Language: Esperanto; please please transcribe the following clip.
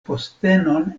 postenon